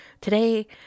Today